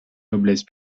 noblesse